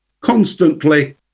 constantly